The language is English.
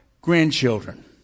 grandchildren